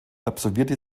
absolvierte